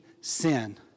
sin